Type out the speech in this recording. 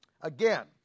Again